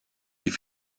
die